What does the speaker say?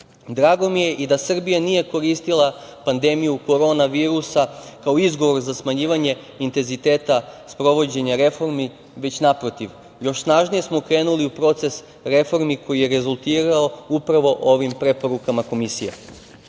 mi je i da Srbija nije koristila pandemiju korona virusa kao izgovor za smanjivanje intenziteta sprovođenja reformi, već naprotiv, još snažnije smo krenuli u proces reformi koji je rezultirao upravo ovim preporukama Komisije. Posebno